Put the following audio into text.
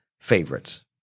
favorites